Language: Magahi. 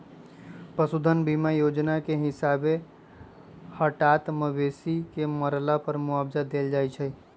पशु धन बीमा जोजना के हिसाबे हटात मवेशी के मरला पर मुआवजा देल जाइ छइ